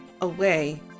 away